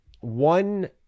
one